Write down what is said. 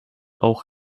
auch